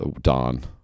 don